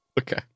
okay